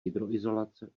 hydroizolace